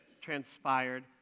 transpired